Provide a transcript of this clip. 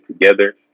together